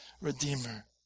Redeemer